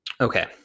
Okay